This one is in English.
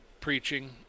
preaching